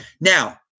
Now